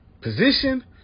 position